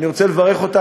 אני רוצה לברך אותך,